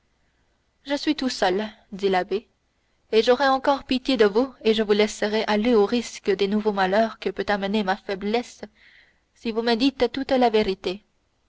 je suis tout seul dit l'abbé et j'aurai encore pitié de vous et je vous laisserai aller au risque des nouveaux malheurs que peut amener ma faiblesse si vous me dites toute la vérité